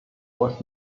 was